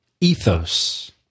Ethos